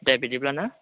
दे बिदिब्ला ना